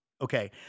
Okay